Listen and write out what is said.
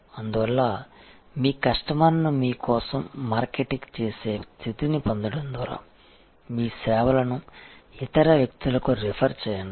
అందువల్ల మీ కస్టమర్ని మీ కోసం మార్కెట్ చేసే స్థితిని పొందడం ద్వారా మీ సేవలను ఇతర వ్యక్తులకు రిఫర్ చేయండి